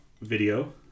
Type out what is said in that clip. video